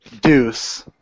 Deuce